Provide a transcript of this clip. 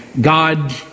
God